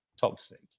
toxic